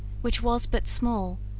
which was but small,